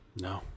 No